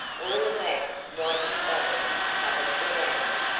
all about whitening bones covered the ground.